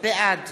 בעד